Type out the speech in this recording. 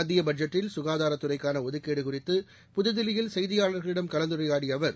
மத்திய பட்ஜெட்டில் சுகாதாரத்துறைகான ஒதுக்கீடு குறித்து புதுதில்லியில் செய்தியாளர்களிடம் கலந்துரையாடிய அவர்